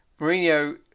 Mourinho